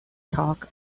talk